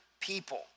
people